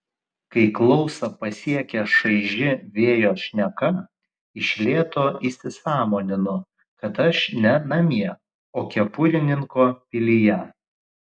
kai klausą pasiekia šaiži vėjo šneka iš lėto įsisąmoninu kad aš ne namie o kepurininko pilyje